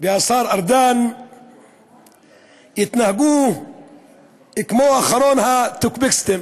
והשר ארדן יתנהגו כמו אחרון הטוקבקיסטים